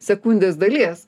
sekundės dalies